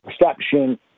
perception